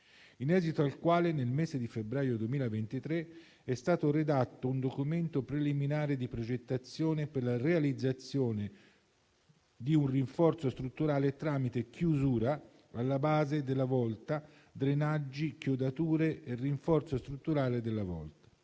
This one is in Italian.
in esito al quale, nel mese di febbraio 2023, è stato redatto un documento preliminare di progettazione per la realizzazione di un rinforzo strutturale tramite chiusura alla base della volta, drenaggi, chiodature e rinforzo strutturale della volta.